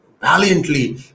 valiantly